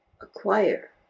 acquire